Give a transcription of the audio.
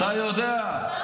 תשאל אותו מתי,